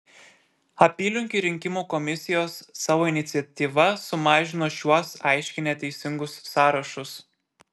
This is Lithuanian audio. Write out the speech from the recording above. apylinkių rinkimų komisijos savo iniciatyva sumažino šiuos aiškiai neteisingus sąrašus